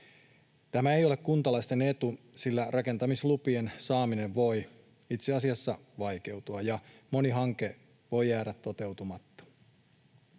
Tämä ei ole kuntalaisten etu, sillä rakentamislupien saaminen voi itse asiassa vaikeutua, ja moni hanke voi jäädä toteutumatta.